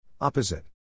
Opposite